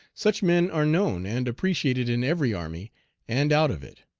such men are known and appreciated in every army and out of it.